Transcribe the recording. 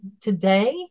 today